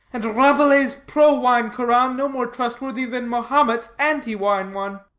and rabelais's pro-wine koran no more trustworthy than mahomet's anti-wine one.